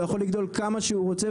הוא יכול לגדול כמה שהוא רוצה,